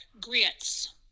GRITS